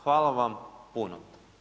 Hvala vam puno.